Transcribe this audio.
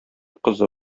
кызы